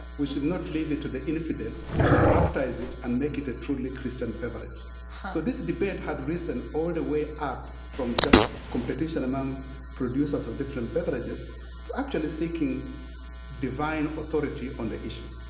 we should not leave it to the infidels. we should baptize it and make it a truly christian beverage. so this debate had risen all the way up from just competition among producers of different beverages to actually seeking divine authority on the issue.